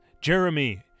Jeremy